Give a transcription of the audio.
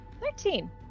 Thirteen